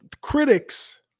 critics